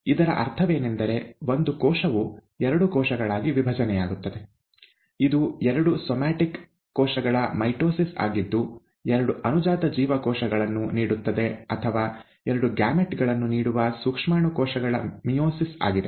ಇದರ ಅರ್ಥವೇನೆಂದರೆ ಒಂದು ಕೋಶವು ಎರಡು ಕೋಶಗಳಾಗಿ ವಿಭಜನೆಯಾಗುತ್ತದೆ ಇದು ಎರಡು ಸೊಮ್ಯಾಟಿಕ್ ಕೋಶಗಳ ಮೈಟೊಸಿಸ್ ಆಗಿದ್ದು ಎರಡು ಅನುಜಾತ ಜೀವಕೋಶಗಳನ್ನು ನೀಡುತ್ತದೆ ಅಥವಾ ಎರಡು ಗ್ಯಾಮೆಟ್ ಗಳನ್ನು ನೀಡುವ ಸೂಕ್ಷ್ಮಾಣು ಕೋಶಗಳ ಮಿಯೋಸಿಸ್ ಆಗಿದೆ